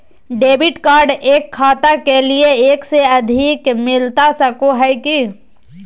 Debit card एक खाता के लिए एक से अधिक मिलता सको है की?